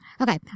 Okay